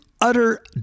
utter